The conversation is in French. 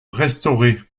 restauré